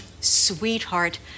Sweetheart